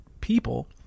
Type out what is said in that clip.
people